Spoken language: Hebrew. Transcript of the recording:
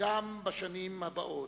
גם בשנים הבאות.